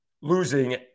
losing